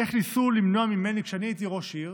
איך ניסו למנוע ממני כשאני הייתי ראש עיר,